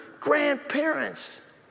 grandparents